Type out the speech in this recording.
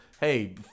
Hey